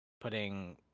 putting